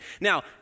Now